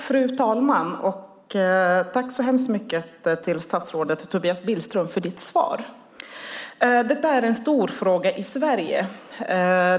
Fru talman! Tack så hemskt mycket till statsrådet Tobias Billström för svaret! Detta är en stor fråga i Sverige.